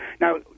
Now